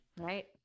Right